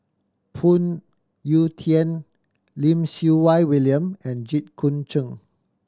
Phoon Yew Tien Lim Siew Wai William and Jit Koon Ch'ng